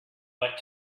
what